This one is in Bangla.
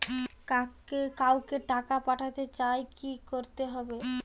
কাউকে টাকা পাঠাতে চাই কি করতে হবে?